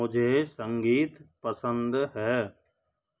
मुझे संगीत पसंद है